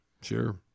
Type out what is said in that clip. sure